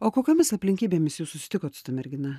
o kokiomis aplinkybėmis jūs susitikot su ta mergina